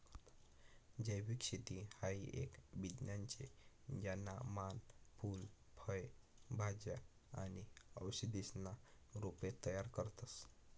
जैविक शेती हाई एक विज्ञान शे ज्याना मान फूल फय भाज्या आणि औषधीसना रोपे तयार करतस